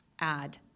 add